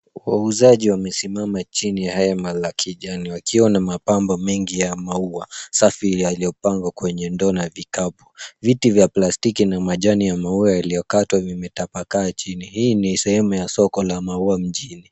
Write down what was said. Wauzaji wamesimama chini ya hema la kijani wakiwa na mapambo mengi ya maua safi yaliyopangwa kwenye ndoo na vikapu. Viti vya plastiki na majani ya maua yaliyokatwa vimetapakaa chini. Hii ni sehemu ya soko la maua mjini.